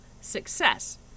Success